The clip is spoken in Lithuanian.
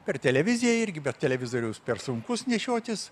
per televiziją irgi bet televizoriaus per sunkus nešiotis